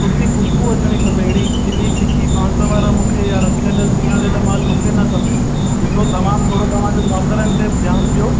सुठी ख़ुशबू अचिणी खपे हेड़ी किन्नी तिखी बांस वारा मूंखे यां रखियल सिंयारल मालु मूंखे न खपे ॾिसो तव्हां थोरो पाण नौकरनि ते बि ध्यानु ॾियो